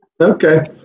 Okay